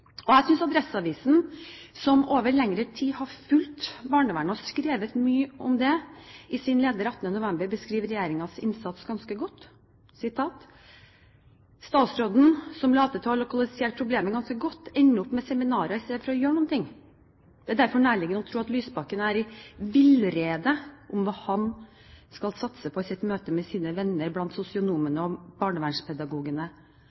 Jeg synes Adresseavisen, som over lengre tid har fulgt barnevernet og skrevet mye om det, i sin leder 18. november beskriver regjeringens innsats ganske godt: «Statsråden, som later til å ha lokalisert problemene ganske godt, ender opp med seminarer i stedet for å gjøre noe. Det er derfor nærliggende å tro at Lysbakken er i villrede om hva han skal satse på i møte med sine venner blant